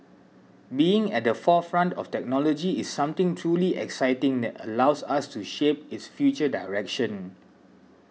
being at the forefront of technology is something truly exciting that allows us to shape its future direction